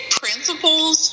principles